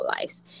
lives